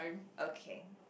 okay